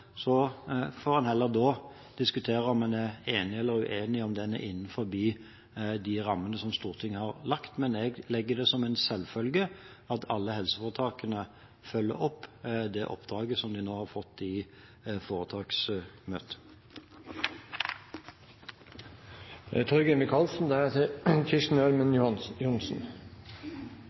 får en heller da diskutere om en er enig eller uenig om den er innenfor de rammene som Stortinget har lagt, men jeg tar det som en selvfølge at alle helseforetakene følger opp det oppdraget som de nå har fått i foretaksmøtet.